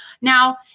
Now